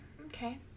okay